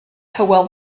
hywel